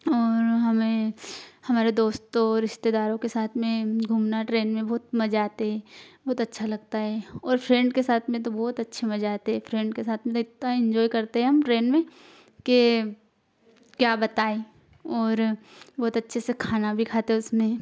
और हमें हमारे दोस्तों रिश्तेदारों के साथ में घूमना ट्रेन में बहुत मज़ा आते हैं बहुत अच्छा लगता है और फ्रेंड के साथ में तो बहुत अच्छे मज़ा आते हैं फ्रेंड के साथ में देखता हैं एन्जॉय करते हैं हम ट्रेन में के क्या बताएँ और बहुत अच्छे से खाना भी खाते हैं उसमें